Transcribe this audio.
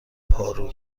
پارو